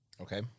Okay